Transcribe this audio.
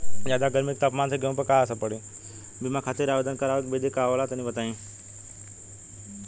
ज्यादा गर्मी के तापमान से गेहूँ पर का असर पड़ी?